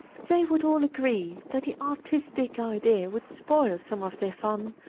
they would all agree that the artistic idea would spoil some of their fun.